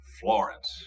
Florence